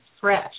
fresh